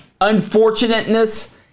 unfortunateness